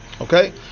okay